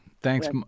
thanks